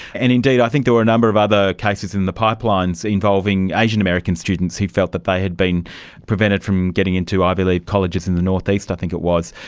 and indeed i think there were a number of other cases in the pipelines involving asian-american students who felt that they had been prevented from getting into ivy league colleges in the north-east, i think it was,